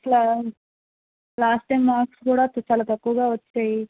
అసలు last time marks కూడా చాలా తక్కువగా వచ్చాయి